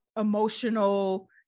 emotional